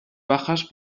bajas